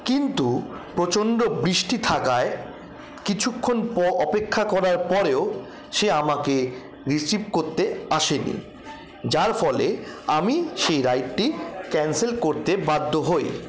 কিন্তু প্রচণ্ড বৃষ্টি থাকায় কিছুক্ষণ অপেক্ষা করার পরেও সে আমাকে রিসিভ করতে আসে নি যার ফলে আমি সেই রাইডটি ক্যান্সেল করতে বাধ্য হই